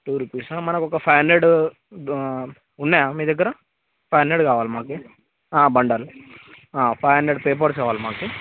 two రుపీసా మనకి ఒక ఫైవ్ హాండ్రెడు ఉన్నాయా మీ దగ్గర ఫైవ్ హండ్రెడ్ కావాలి మాకి బండిల్ ఫైవ్ హండ్రెడ్ పేపర్స్ కావాలి మాకు